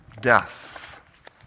Death